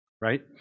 Right